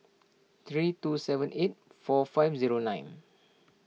three two seven eight four five zero nine